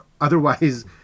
Otherwise